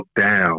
down